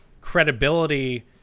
credibility